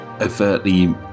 overtly